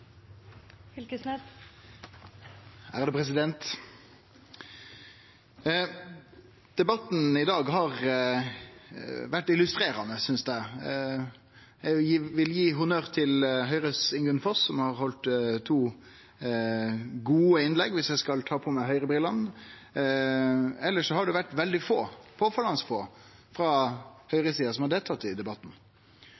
Debatten i dag har vore illustrerande, synest eg. Eg vil gi honnør til representanten Ingunn Foss, frå Høgre, som har halde to gode innlegg, viss eg skal ta på meg Høgre-brillene. Elles har det vore veldig få – påfallande få – frå